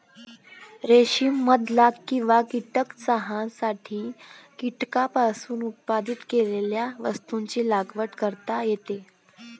रेशीम मध लाख किंवा कीटक चहासाठी कीटकांपासून उत्पादित केलेल्या वस्तूंची लागवड करता येते